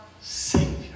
Savior